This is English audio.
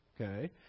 okay